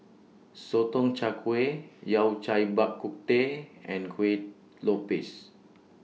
Sotong Char Kway Yao Cai Bak Kut Teh and Kueh